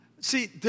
See